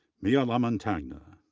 mia lamontagna,